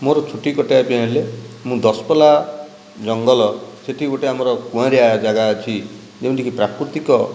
ମୋର ଛୁଟି କଟେଇବା ପାଇଁ ହେଲେ ମୁ ଦଶପଲ୍ଲା ଜଙ୍ଗଲ ସେଇଠି ଗୋଟେ ଆମର କୁଆଁରିଆ ଜାଗା ଅଛି ଯେଉଁଠିକି ପ୍ରାକୃତିକ